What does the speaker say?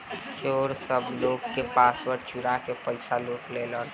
चोर सब लोग के पासवर्ड चुरा के पईसा लूट लेलेन